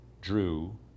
Drew